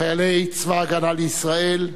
חיילי צבא-הגנה לישראל,